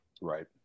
Right